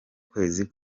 kwezi